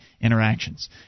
interactions